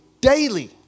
daily